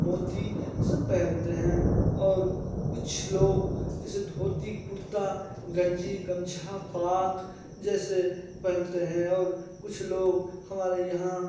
मोती सब पहनते हैं और कुछ लोग इसे धोती कुर्ता गंजी गमछा पाग जैसे पहनते हैं और कुछ लोग हमारे यहाँ